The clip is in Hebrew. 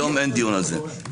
היום אין דיון על זה.